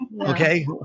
Okay